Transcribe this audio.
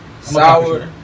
Sour